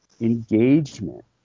engagement